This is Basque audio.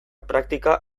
praktika